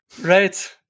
Right